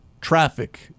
traffic